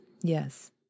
yes